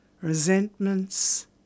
resentments